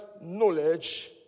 knowledge